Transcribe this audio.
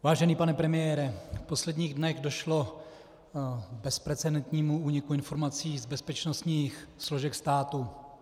Vážený pane premiére, v posledních dnech došlo k bezprecedentnímu úniku informací z bezpečnostních složek státu.